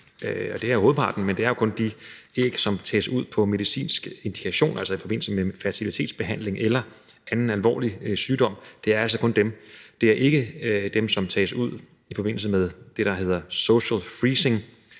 og det er jo hovedparten – som tages ud på medicinsk indikation, altså i forbindelse med i fertilitetsbehandling eller alvorlig sygdom. Det gælder altså kun dem. Det gælder ikke dem, som tages ud i forbindelse med det, der hedder social freezing,